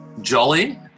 jolly